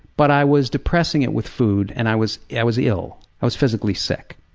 but i was depressing it with food, and i was yeah i was ill. i was physically sick.